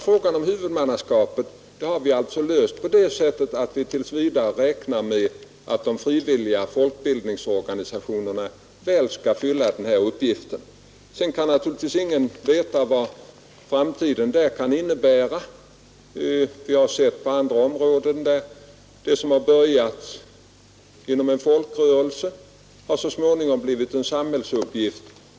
Frågan om huvudmannaskapet har vi alltså löst på det sättet att vi tills vidare räknar med att de frivilliga bildningsorganisationerna väl skall fylla denna uppgift. Sedan kan naturligtvis ingen veta vad framtiden innebär. Vi har på andra områden sett hur det som börjat genom en folkrörelse så småningom blivit en samhällsuppgift.